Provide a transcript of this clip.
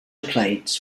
plates